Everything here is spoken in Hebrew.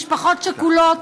משפחות שכולות,